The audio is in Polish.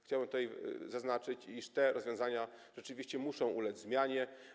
Chciałbym zaznaczyć, iż te rozwiązania rzeczywiście muszą ulec zmianie.